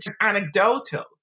anecdotal